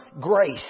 grace